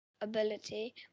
ability